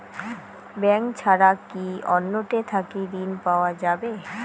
Bank ছাড়া কি অন্য টে থাকি ঋণ পাওয়া যাবে?